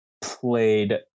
played